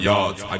Yards